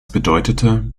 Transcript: bedeutete